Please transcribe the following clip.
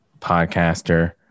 podcaster